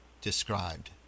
described